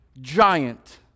giant